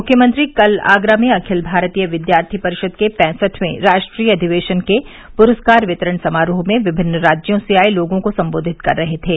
मुख्यमंत्री कल आगरा में अखिल भारतीय विद्यार्थी परिषद के पैंसठवें राष्ट्रीय अधिवेशन के पुरस्कार वितरण समारोह में विभिन्न राज्यों से आर्य लोगों को सम्बोधित कर रहे थे